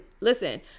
listen